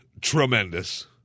tremendous